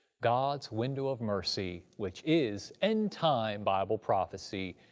god's window of mercy, which is end-time bible prophecy.